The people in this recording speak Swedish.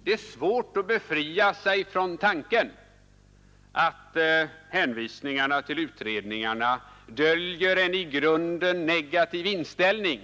— Det är svårt att befria sig från tanken att hänvisningarna till utredningar döljer en i grunden negativ inställning